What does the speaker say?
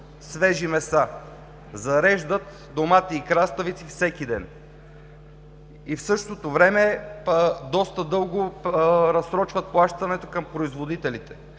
свежи меса, зареждат домати и краставици всеки ден и в същото време доста дълго разсрочват плащането към производителите.